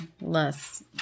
Less